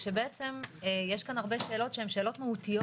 בעצם יש כאן הרבה שאלות שהן שאלות מהותיות